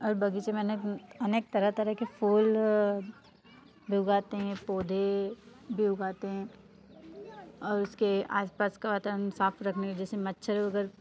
और बगीचे मैंने अनेक तरह तरह के फूल लगाते हैं पौधे भी उगाते हैं और उसके आस पास का वातवरण साफ़ रखने जैसे मच्छर अगर